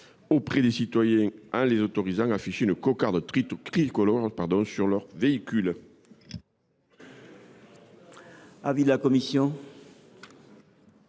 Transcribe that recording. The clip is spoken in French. auprès des citoyens en les autorisant à faire figurer une cocarde tricolore sur leur véhicule.